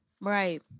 Right